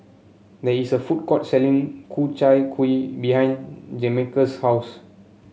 there is a food court selling Ku Chai Kuih behind Jamarcus' house